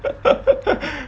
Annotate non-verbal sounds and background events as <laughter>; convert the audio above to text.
<laughs>